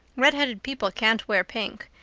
redheaded people can't wear pink,